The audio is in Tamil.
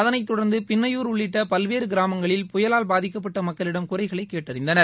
அதனைத் தொடர்ந்து பிண்ணையூர் உள்ளிட்ட பல்வேறு கிராமங்களில் புயலால் பாதிக்கப்பட்ட மக்களிடம் குறைகளைக் கேட்டறிந்தனர்